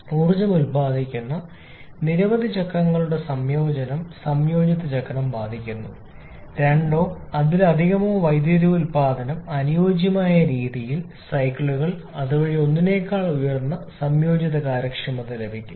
ഊർജ്ജം ഉൽപാദിപ്പിക്കുന്ന നിരവധി ചക്രങ്ങളുടെ സംയോജനം സംയോജിത ചക്രം ബാധിക്കുന്നു രണ്ടോ അതിലധികമോ വൈദ്യുതി ഉൽപാദനം അനുയോജ്യമായ രീതിയിൽ സൈക്കിളുകൾ അതുവഴി ഒന്നിനേക്കാൾ ഉയർന്ന സംയോജിത കാര്യക്ഷമത ലഭിക്കും